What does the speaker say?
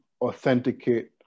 authenticate